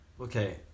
Okay